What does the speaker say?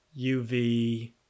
uv